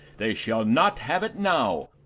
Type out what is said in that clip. they shall not have it now,